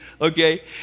Okay